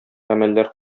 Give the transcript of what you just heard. гамәлләр